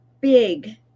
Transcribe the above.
big